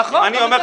נכון, אני לא מזלזל,